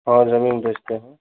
हाँ ज़मीन बेचते हैं